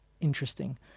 interesting